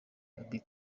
gaby